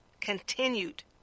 continued